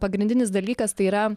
pagrindinis dalykas tai yra